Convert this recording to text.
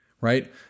Right